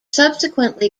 subsequently